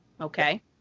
Okay